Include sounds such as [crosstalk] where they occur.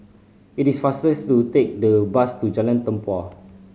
it is faster [unintelligible] to take the bus to Jalan Tempua